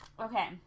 Okay